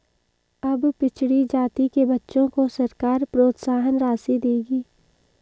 अब पिछड़ी जाति के बच्चों को सरकार प्रोत्साहन राशि देगी